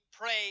pray